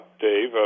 Dave